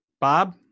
Bob